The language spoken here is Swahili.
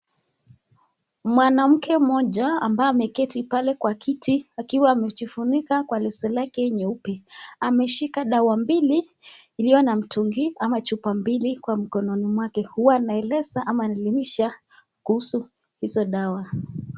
Mwanamke moja ambaye ameketi pale kwa kiti akiwa amejifunika kwa leso lake nyeupe. Ameshika dawa mbili iliyo na mtungi ama chupa mbili kwa mkononi mwake. Huwa anaeleza ama anaelimisha kuhusu hizo dawa.